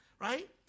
right